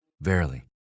Verily